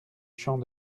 champ